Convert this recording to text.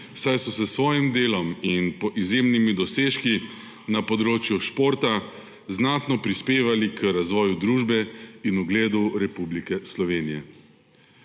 saj so s svojim delom in izjemnimi dosežki na področju športa znatno prispevali k razvoju družbe in ugledu Republike Slovenije.